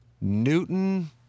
Newton